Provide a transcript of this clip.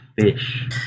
fish